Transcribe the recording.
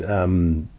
um,